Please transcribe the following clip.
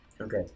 Okay